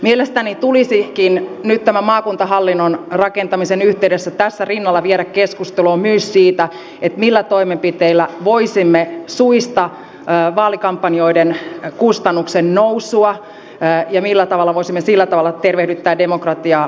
mielestäni tulisikin nyt tämän maakuntahallinnon rakentamisen yhteydessä tässä rinnalla vielä keskustella myös siitä millä toimenpiteillä voisimme suitsia vaalikampanjoiden kustannuksennousua ja millä tavalla voisimme sillä tavalla tervehdyttää demokratiaa